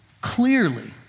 clearly